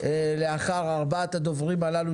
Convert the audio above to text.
לאחר ארבעת הדוברים הללו,